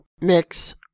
mix